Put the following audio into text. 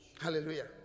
Hallelujah